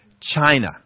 china